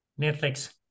netflix